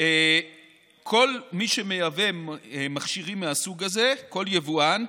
כל מי שמייבא מכשירים מהסוג הזה, כל יבואן,